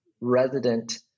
resident